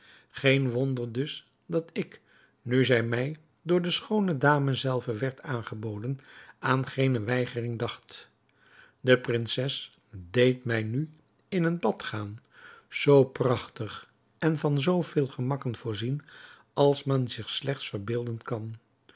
geen wonder dus dat ik nu zij mij door de schoone dame zelve werd aangeboden aan geene weigering dacht de prinses deed mij nu in een bad gaan zoo prachtig en van zoo veel gemakken voorzien als men zich slechts verbeelden kan